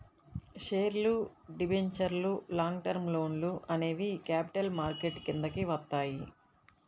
షేర్లు, డిబెంచర్లు, long term లోన్లు అనేవి క్యాపిటల్ మార్కెట్ కిందికి వత్తయ్యి